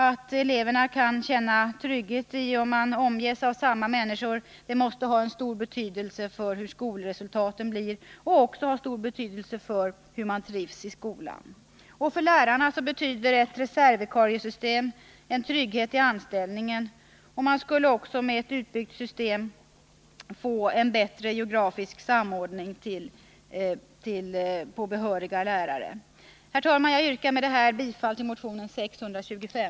Att eleverna kan känna den trygghet som ligger i att omges av samma människor måste ha stor betydelse för hur skolresultaten blir, och det har också stor betydelse för hur eleverna trivs i skolan. För lärarna betyder ett reservvikariesystem en trygghet i anställningen. Man skulle också med ett utbyggt system få en bättre geografisk samordning i fråga om behöriga lärare. Herr talman! Jag yrkar bifall till motionen 625.